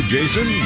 Jason